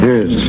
Yes